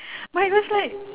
but it was like